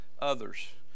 others